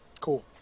Cool